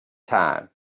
time